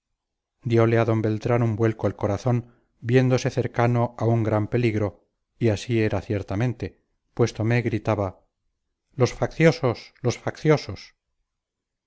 carrera diole a d beltrán un vuelco el corazón viéndose cercano a un gran peligro y así era ciertamente pues tomé gritaba los facciosos los facciosos